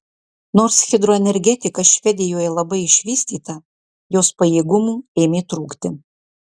nors hidroenergetika švedijoje labai išvystyta jos pajėgumų ėmė trūkti